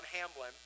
Hamblin